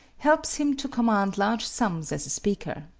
helps him to command large sums as a speaker.